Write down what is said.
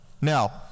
Now